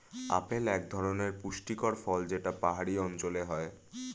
apple এক ধরনের পুষ্টিকর ফল যেটা পাহাড়ি অঞ্চলে হয়